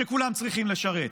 שכולם צריכים לשרת.